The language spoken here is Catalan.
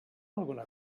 alguna